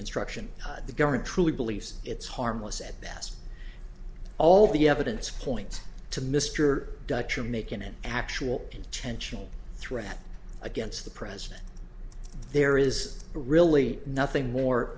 instruction the government truly believes it's harmless at best all the evidence points to mr dutcher making an actual intentional threat against the president there is really nothing more